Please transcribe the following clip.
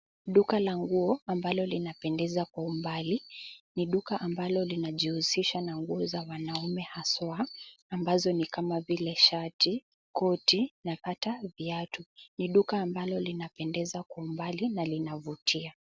Duka la nguo ambalo linapendeza kwa umbali. Ni duka ambalo linajihusisha na nguo za wanaume haswa ambazo ni kama vile shati, koti na ata viatu. Ni duka ambalo linapendeza kwa umbali na linavutia.